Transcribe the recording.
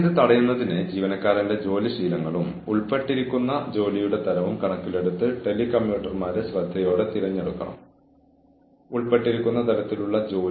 കൂടാതെ ജീവനക്കാരനെ കൌൺസിലിംഗ് ചെയ്യണം അല്ലെങ്കിൽ പ്രക്രിയ ഉടൻ ആരംഭിക്കണം ഒഴിവാക്കേണ്ട ചില തെറ്റുകൾ